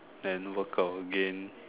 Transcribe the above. and workout again